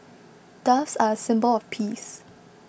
doves are a symbol of peace